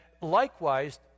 likewise